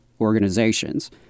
organizations